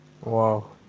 Wow